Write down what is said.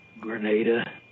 Grenada